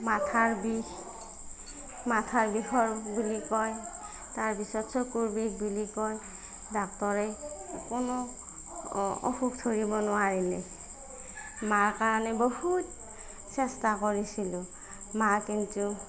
মাথাৰ বিষ মাথাৰ বিষ বুলি কয় তাৰ পিছত চকুৰ বিষ বুলি কয় ডাক্তৰে কোনো অসুখ ধৰিব নোৱাৰিলেই মাৰ কাৰণে বহুত চেষ্টা কৰিছিলোঁ মা কিন্তু